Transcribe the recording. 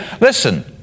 listen